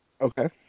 okay